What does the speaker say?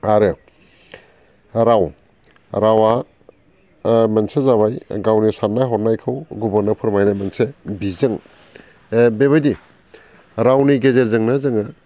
आरो राव रावा मोनसे जाबाय गावनि साननाय हनायखौ गुबुननो फोरमायनो मोनसे बिजों बेबायदि रावनि गेजेरजोंनो जोङो